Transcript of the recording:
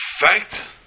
fact